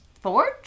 forge